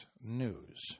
News